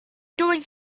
doing